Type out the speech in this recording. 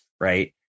right